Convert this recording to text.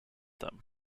them